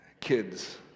Kids